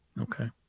Okay